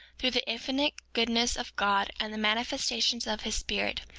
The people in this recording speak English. through the infinite goodness of god, and the manifestations of his spirit,